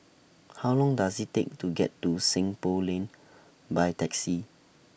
How Long Does IT Take to get to Seng Poh Lane By Taxi